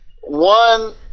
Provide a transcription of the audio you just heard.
one